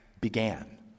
began